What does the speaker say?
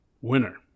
winner